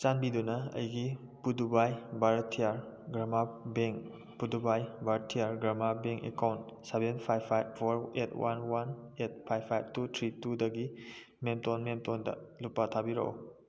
ꯆꯥꯟꯕꯤꯗꯨꯅ ꯑꯩꯒꯤ ꯄꯨꯗꯨꯕꯥꯏ ꯚꯥꯔꯠꯇꯤꯌꯥ ꯒ꯭ꯔꯥꯃꯥ ꯕꯦꯡ ꯄꯨꯗꯨꯕꯥꯏ Bharatiya Grama bank account seven five five four eight one one eight five five two three ꯇꯨꯗꯒꯤ ꯃꯦꯝꯇꯣꯟ ꯃꯦꯝꯇꯣꯟꯗ ꯂꯨꯄꯥ ꯊꯥꯕꯤꯔꯛꯎ